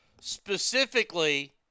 specifically